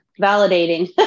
Validating